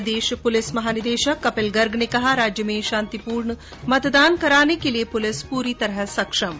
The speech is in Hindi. प्रदेश पुलिस महानिदेशक कपिल गर्ग ने कहा राज्य में शांतिपूर्ण मतदान कराने के लिये पुलिस पुरी तरह सक्षम है